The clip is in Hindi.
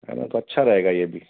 हाँ नहीं तो अच्छा रहेगा यह भी